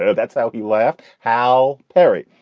so that's how he laughed. how perry?